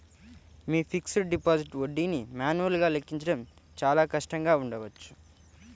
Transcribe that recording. మీ fixed deposit వడ్డీని మాన్యువల్గా లెక్కించడం చాలా కష్టంగా ఉండవచ్చు